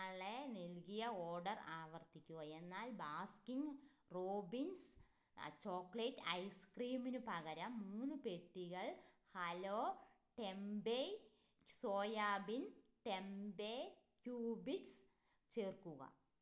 നാളെ നൽകിയ ഓർഡർ ആവർത്തിക്കുക എന്നാൽ ബാസ്കിൻ റോബിൻസ് ചോക്ലേറ്റ് ഐസ്ക്രീമിന് പകരം മൂന്ന് പെട്ടികൾ hello tempeh soybean tempeh cubics ചേർക്കുക